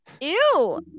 Ew